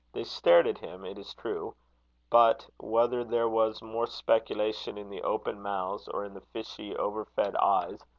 they stared at him, it is true but whether there was more speculation in the open mouths, or in the fishy, overfed eyes,